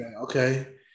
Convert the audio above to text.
Okay